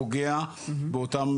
פוגע באותם